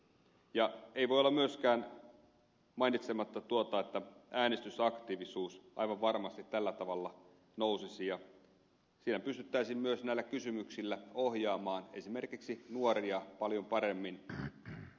ei voi olla myöskään mainitsematta tuota että äänestysaktiivisuus aivan varmasti tällä tavalla nousisi ja siinä pystyttäisiin myös näillä kysymyksillä ohjaamaan esimerkiksi nuoria paljon paremmin päätöksentekoon mukaan